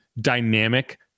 dynamic